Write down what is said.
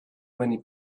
many